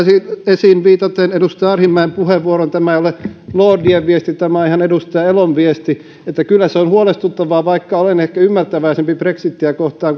esiin sen viitaten edustaja arhinmäen puheenvuoroon tämä ei ole lordien viesti tämä on ihan edustaja elon viesti että kyllä se on huolestuttavaa vaikka olen ehkä ymmärtäväisempi brexitiä kohtaan